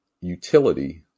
utility